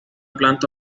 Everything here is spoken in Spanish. planta